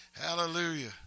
Hallelujah